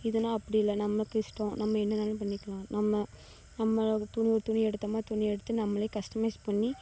இதுனால் அப்படி இல்லை நமக்கு இஷ்டம் நம்ம என்ன வேணாலும் பண்ணிக்கலாம் நம்ம நம்மளோட துணி ஒரு துணி எடுத்தோம்னால் துணி எடுத்து நம்மளே கஸ்டமைஸ் பண்ணி